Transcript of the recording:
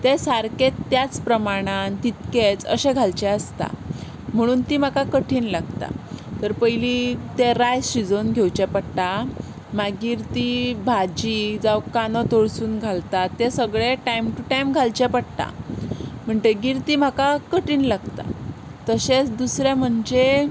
ते सारके त्याच प्रमाणान तितलेच अशे घालचे आसता म्हणून ती म्हाका कठीण लागता तर पयलीं तें रायस शिजोवन घेवचें पडटा मागीर ती भाजी जावं कांदो तळसून घालतात तें सगळें टायम टू टायम घालचें पडटा म्हणटकच ती म्हाका कठीण लागता तशेंच दुसरें म्हणजे